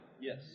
Yes